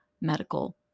medical